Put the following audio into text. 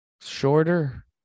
shorter